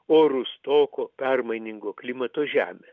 o rūstoko permainingo klimato žemė